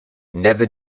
never